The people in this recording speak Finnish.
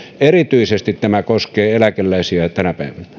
erityisesti tämä koskee eläkeläisiä tänä päivänä